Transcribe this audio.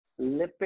lipid